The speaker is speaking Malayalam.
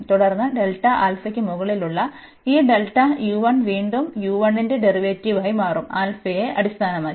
തുടർന്ന് ഡെൽറ്റ ആൽഫയ്ക്ക് മുകളിലുള്ള ഈ ഡെൽറ്റ u 1 വീണ്ടും u 1 ന്റെ ഡെറിവേറ്റീവ് ആയി മാറും ആൽഫയെ അടിസ്ഥാനമാക്കി